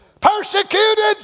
Persecuted